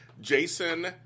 Jason